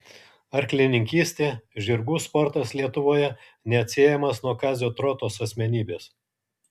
arklininkystė žirgų sportas lietuvoje neatsiejamas nuo kazio trotos asmenybės